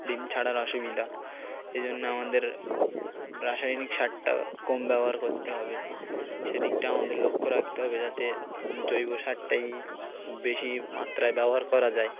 ডিম ছাড়ার অসুবিধা এজন্য আমাদের রাসায়নিক সারটা কম ব্যবহার করতে হবে সেদিকটা আমাদের লক্ষ্য রাখতে হবে যাতে জৈব সারটাই বেশি মাত্রায় ব্যবহার করা যায়